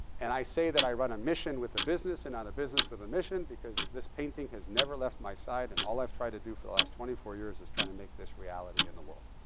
and i say that i run a mission with a business and not a business with a mission, because this painting has never left my side. and all i've tried to do for the last twenty four years is trying to make this reality in the world,